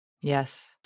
Yes